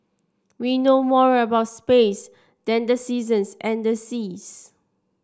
we know more about space than the seasons and the seas